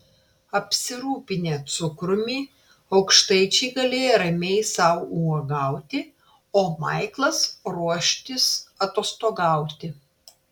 apsirūpinę cukrumi aukštaičiai galėjo ramiai sau uogauti o maiklas ruoštis atostogauti